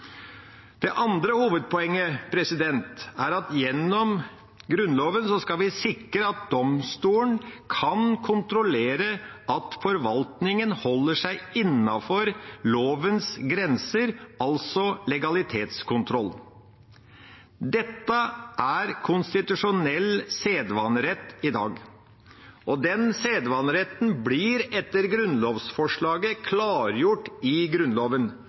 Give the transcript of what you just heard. Det andre hovedpoenget er at gjennom Grunnloven skal vi sikre at domstolen kan kontrollere at forvaltningen holder seg innenfor lovens grenser, altså legalitetskontroll. Dette er konstitusjonell sedvanerett i dag, og den sedvaneretten blir etter grunnlovsforslaget klargjort i Grunnloven.